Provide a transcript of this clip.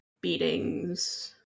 beatings